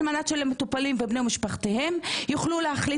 על מנת שלמטופלים ובני משפחתם יוכלו להחליט